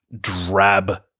drab